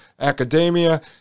academia